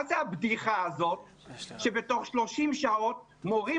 מה זאת הבדיחה הזאת שבתוך 30 שעות מורים